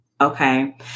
Okay